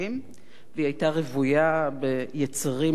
והיא היתה רוויה ביצרים עזים,